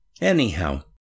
Anyhow